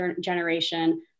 generation